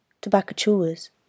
tobacco-chewers